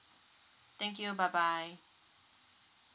thank you bye bye